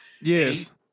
Yes